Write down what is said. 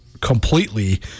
completely